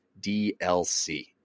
DLC